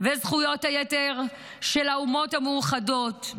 וזכויות היתר של האומות המאוחדות,